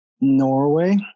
Norway